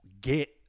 get